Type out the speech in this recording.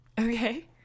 Okay